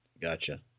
gotcha